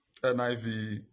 NIV